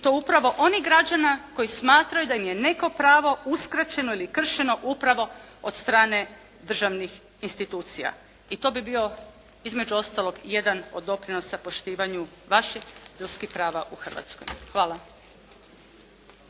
i to upravo onih građana koji smatraju da im je neko pravo uskraćeno ili kršeno upravo od strane državnih institucija i to bi bio između ostalog i jedan od doprinosa poštivanju vaših ljudskih prava u Hrvatskoj. Hvala.